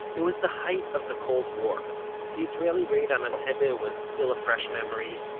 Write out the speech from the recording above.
it was the height of the cold war the israeli raid on entebbe was still a fresh memory,